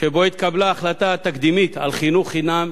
שבו התקבלה ההחלטה התקדימית על חינוך חינם